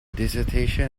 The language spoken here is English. dissertation